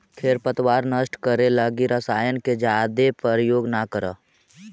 खेर पतवार नष्ट करे लगी रसायन के जादे प्रयोग न करऽ